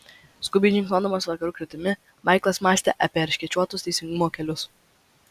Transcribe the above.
skubiai žingsniuodamas vakarų kryptimi maiklas mąstė apie erškėčiuotus teisingumo kelius